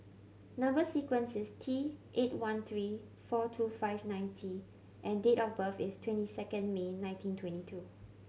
number sequence is T eight one three four two five nine T and date of birth is twenty second May nineteen twenty two